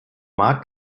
markt